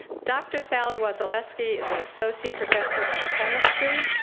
dr. sally wasileski, is an associate professor of chemistry,